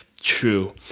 true